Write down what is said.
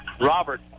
Robert